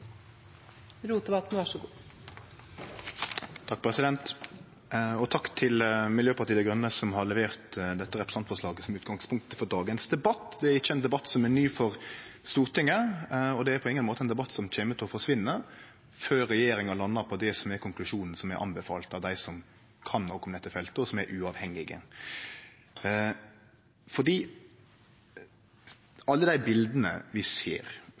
ikkje ein debatt som er ny for Stortinget, og det er på ingen måte ein debatt som kjem til å forsvinne før regjeringa landar på konklusjonen som er anbefalt av dei som kan noko om dette feltet, og som er uavhengige. Alle bileta vi ser